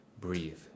breathe